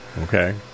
Okay